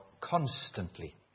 constantly